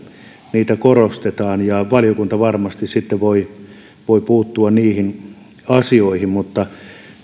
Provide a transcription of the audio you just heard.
niitä korostetaan ja valiokunta varmasti sitten voi voi puuttua niihin asioihin mutta